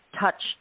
touched